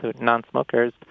non-smokers